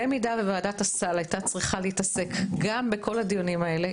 במידה וועדת הסל הייתה צריכה להתעסק גם בכל הדיונים האלה,